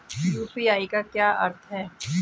UPI का क्या अर्थ है?